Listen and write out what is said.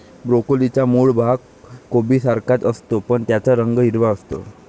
ब्रोकोलीचा मूळ भाग कोबीसारखाच असतो, पण त्याचा रंग हिरवा असतो